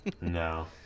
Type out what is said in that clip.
No